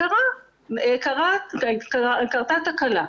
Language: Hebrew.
וקרתה תקלה.